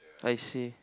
I see